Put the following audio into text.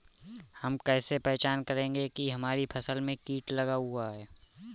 हम कैसे पहचान करेंगे की हमारी फसल में कीट लगा हुआ है?